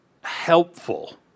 helpful